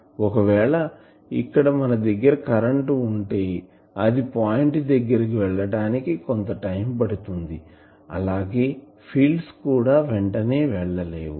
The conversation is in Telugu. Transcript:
ఒకవేళ ఇక్కడ మన దగ్గర కరెంటు ఉంటే అది పాయింట్ దగ్గర కి వెళ్ళటానికి కొంత టైం పడుతుంది అలాగే ఫీల్డ్స్ కూడా వెంటనే వెళ్ళలేవు